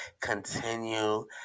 continue